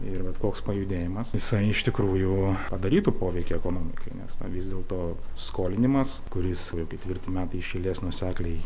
ir bet koks pajudėjimas jisai iš tikrųjų padarytų poveikį ekonomikai nes vis dėlto skolinimas kuris jau ketvirti metai iš eilės nuosekliai